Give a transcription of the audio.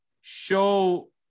show